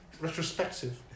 retrospective